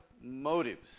motives